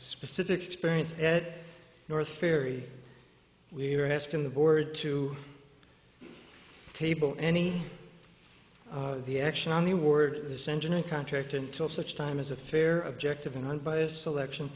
specific experience that north ferry we are asking the board to table any the action on the word of this engine and contract until such time as a fair objective and unbiased selection